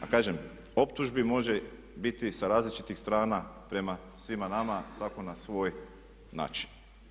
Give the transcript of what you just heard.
A kažem, optužbi može biti sa različitih strana prema svima nama, svatko na svoj način.